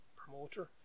promoter